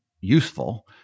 useful